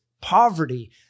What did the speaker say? poverty